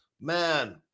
Man